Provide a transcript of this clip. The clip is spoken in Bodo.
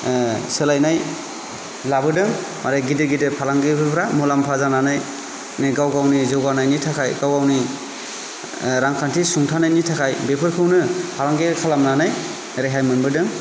सोलायनाय लाबोदों माने गिदिर गिदिर फालांगिरिफोरा मुलाम्फा जानानै गाव गावनि जौगानायनि थाखाय गाव गावनि रांखान्थि सुंथानायनि थाखाय बेफोरखौनो फालांगि खालामनानै रेहाय मोनबोदों